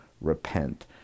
repent